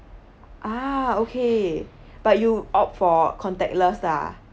ah okay but you opt for contactless lah